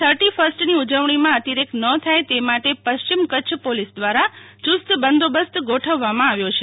થર્ટીફ્રસ્ટની ઉજવેણીમો અતિરેક ન થાય તે માટે પ્રશ્રિમ પોલીસ દ્વારા ચુસ્ત બંદોબસ્ત ગોઠવવા માં આવ્યો છે